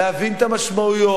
להבין את המשמעויות,